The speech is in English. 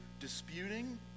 disputing